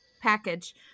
package